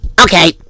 okay